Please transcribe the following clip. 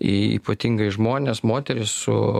ypatingai žmonės moterys su